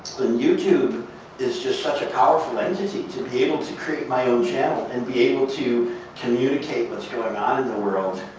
and youtube is just such a powerful entity to be able to create my own channel and be able to communicate what's going on in the world.